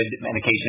medication